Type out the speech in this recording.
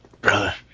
brother